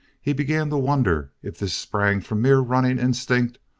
he began to wonder if this sprang from mere running instinct,